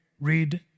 read